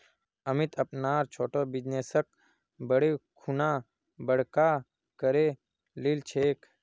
अमित अपनार छोटो बिजनेसक बढ़ैं खुना बड़का करे लिलछेक